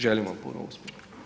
Želim vam puno uspjeha.